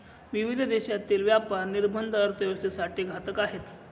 विविध देशांतील व्यापार निर्बंध अर्थव्यवस्थेसाठी घातक आहेत